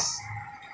ya yes